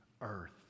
earth